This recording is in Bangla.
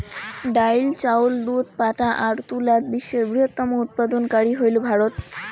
ডাইল, চাউল, দুধ, পাটা আর তুলাত বিশ্বের বৃহত্তম উৎপাদনকারী হইল ভারত